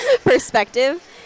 perspective